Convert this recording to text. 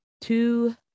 two